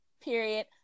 period